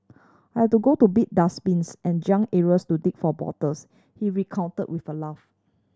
I had to go to big dustbins and junk areas to dig for bottles he recounted with a laugh